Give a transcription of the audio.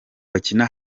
bakina